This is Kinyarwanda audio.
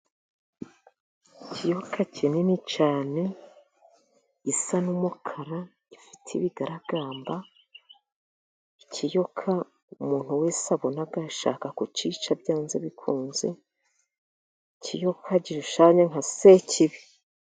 Ikiyoka kinini cyane gisa n'umukara, gifite ibigaragamba, ikiyoka umuntu wese abona yashaka kukica byanze bikunze, ikiyoka gishushanya nka sekibi.